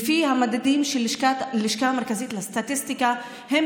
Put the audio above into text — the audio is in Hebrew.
לפי המדדים של הלשכה המרכזית לסטטיסטיקה הן